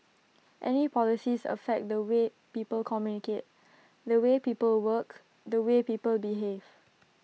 any policies affect the way people communicate the way people work the way people behave